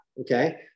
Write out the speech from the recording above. okay